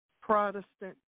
Protestant